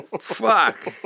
Fuck